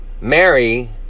Mary